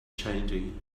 changing